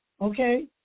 okay